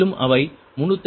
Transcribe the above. மேலும் அவை 305